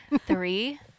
Three